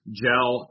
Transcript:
gel